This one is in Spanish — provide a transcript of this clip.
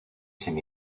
sin